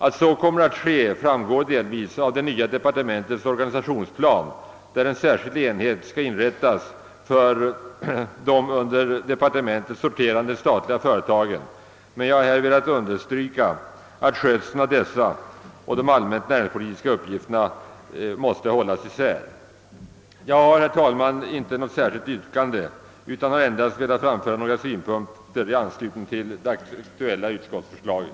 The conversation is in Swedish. Att så kommer att ske framgår delvis av det nya departementets organisationsplan där en särskild enhet skall inrättas för de under departementet sorterande statliga företagen, men jag har här velat understryka betydelsen av att skötseln av dessa och de allmänt näringspolitiska uppgifterna hålls isär. Jag har, herr talman, inte något särskilt yrkande utan har endast velat framföra några synpunkter i anslutning till det aktuella utskottsförslaget.